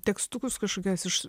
tekstukus kažkokias iš